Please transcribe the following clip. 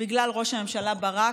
בגלל ראש הממשלה ברק,